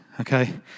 okay